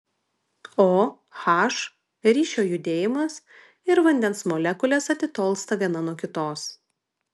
o h ryšio judėjimas ir vandens molekulės atitolsta viena nuo kitos